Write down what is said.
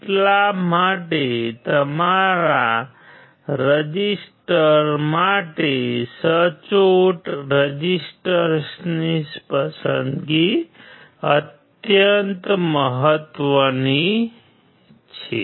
એટલા માટે તમારા રેઝિસ્ટર માટે સચોટ રેઝિસ્ટર્સની પસંદગી અત્યંત મહત્વની છે